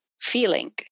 feeling